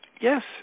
Yes